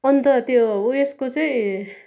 अन्त त्यो उयसको चाहिँ